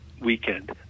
weekend